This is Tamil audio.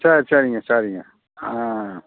சரி சரிங்க சரிங்க ஆ